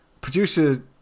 producer